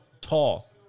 tall